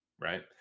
right